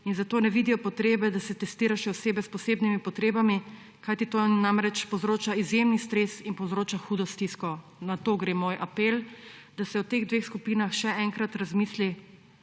in zato ne vidijo potrebe, da se testira še osebe s posebnimi potrebami, kajti to namreč povzroča izjemen stres in povzroča hudo stisko. Na to gre moj apel, da se o teh dveh skupinah še enkrat razmisli